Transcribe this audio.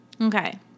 Okay